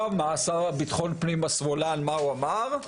מה השר לביטחון פנים השמאלן אמר?